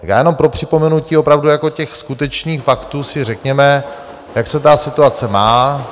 Tak já jenom pro připomenutí opravdu jako těch skutečných faktů řekněme, jak se situace má...